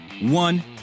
one